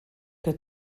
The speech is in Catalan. que